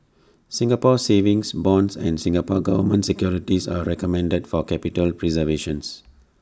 Singapore savings bonds and Singapore Government securities are recommended for capital preservation